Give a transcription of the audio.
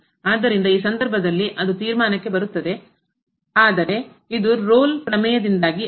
ಆದ್ದರಿಂದ ಈ ಸಂದರ್ಭದಲ್ಲಿ ಅದು ತೀರ್ಮಾನಕ್ಕೆ ಬರುತ್ತಿದೆ ಆದರೆ ಇದು ರೋಲ್ Rolle's ಪ್ರಮೇಯದಿಂದಾಗಿ ಅಲ್ಲ